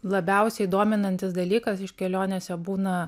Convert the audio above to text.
labiausiai dominantis dalykas iš kelionėse būna